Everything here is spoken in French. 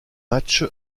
match